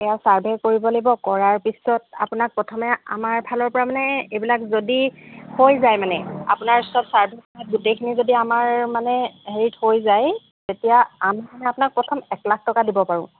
এয়া ছাৰ্ভে কৰিব লাগিব কৰাৰ পিছত আপোনাক প্ৰথমে আমাৰ ফালৰ পৰা মানে এইবিলাক যদি হৈ যায় মানে আপোনাৰ চব ছাৰ্ভে গোটেইখিনি যদি আমাৰ মানে হেৰিত হৈ যায় তেতিয়া আমি মানে আপোনাক প্ৰথম এক লাখ টকা দিব পাৰোঁ